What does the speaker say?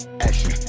Action